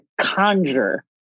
conjure